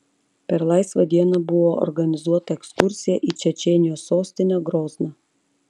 per laisvą dieną buvo organizuota ekskursija į čečėnijos sostinę grozną